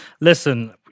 Listen